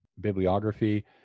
bibliography